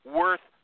worth